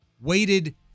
Waited